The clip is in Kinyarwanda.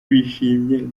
bishimye